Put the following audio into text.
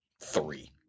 three